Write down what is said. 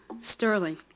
Sterling